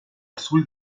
azul